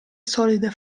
solide